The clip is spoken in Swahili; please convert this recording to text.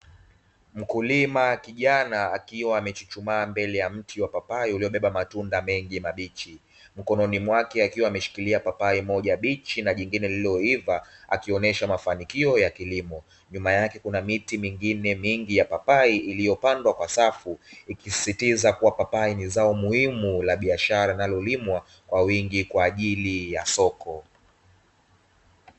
Mkulima kijana akiwa amechuchumaa mbele ya mti wa papai uliobeba matunda mengi mabichi, mikononi mwake akiwa ameshikilia papai moja bichi na jingine lililoiva, akionyesha mafanikio ya kilimo. Nyuma yake kuna miti mingine mingi ya papai iliyopandwa kwa safu ikisisitiza kuwa, papai ni zao muhimu la biashara na linalolimwa kwa wingi kwa ajili ya soko.